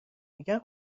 میگن